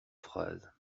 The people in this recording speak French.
phrases